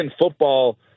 football